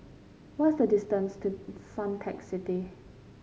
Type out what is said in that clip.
what is the distance to Suntec City